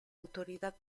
autoridad